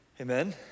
amen